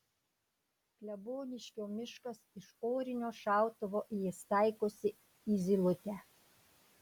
kleboniškio miškas iš orinio šautuvo jis taikosi į zylutę